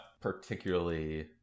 particularly